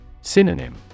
Synonym